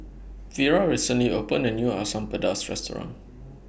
Vira recently opened A New Asam Pedas Restaurant